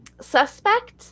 suspect